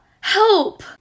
Help